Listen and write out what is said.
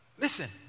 Listen